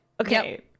okay